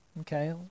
okay